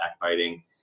backbiting